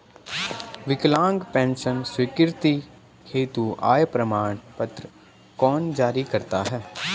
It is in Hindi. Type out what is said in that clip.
विकलांग पेंशन स्वीकृति हेतु आय प्रमाण पत्र कौन जारी करता है?